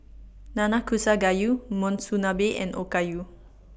Nanakusa Gayu Monsunabe and Okayu